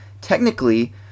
technically